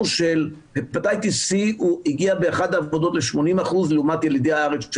של הפטיטיס סי הגיע באחת העבודות ל-80% לעומת ילידי הארץ,